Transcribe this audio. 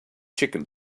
chicken